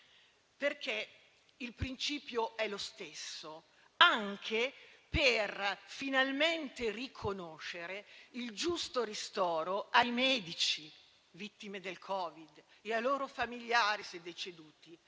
perché il principio è lo stesso, anche per finalmente riconoscere il giusto ristoro ai medici vittime del Covid e - se deceduti